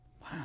Wow